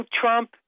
Trump